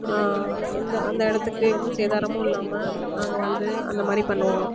எந்த அந்த இடத்துக்கு எந்த சேதாரமும் இல்லாமல் நாங்கள் வந்து அந்த மாதிரி பண்ணுவோம்